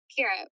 Kira